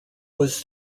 was